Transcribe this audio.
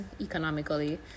economically